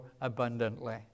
abundantly